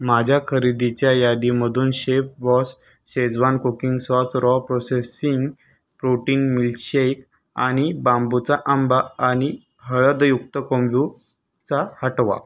माझ्या खरेदीच्या यादीमधून chef boss schezwan cooking sauce raw processing protein milkshake आणि बांबुचा आंबा आणि हळदयुक्त कोंलूचा हटवा